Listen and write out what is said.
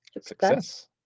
success